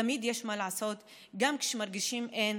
תמיד יש מה לעשות, גם כשמרגישים שאין.